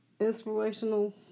inspirational